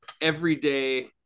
everyday